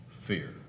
fear